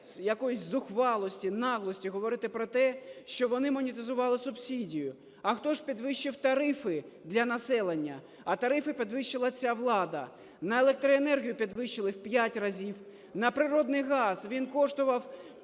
якоїсь зухвалості, наглості говорити про те, що вони монетизували субсидію. А хто ж підвищив тарифи для населення? А тарифи підвищила ця влада. На електроенергію підвищили у 5 разів, на природний газ, він коштував